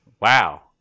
Wow